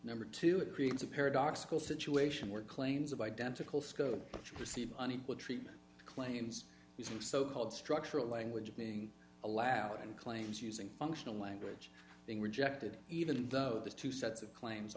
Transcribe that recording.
number two it creates a paradoxical situation where claims of identical scope of perceived unequal treatment claims using so called structural language being allowed in claims using functional language being rejected even though the two sets of claims